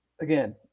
again